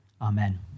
Amen